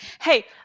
Hey